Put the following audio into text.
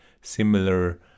similar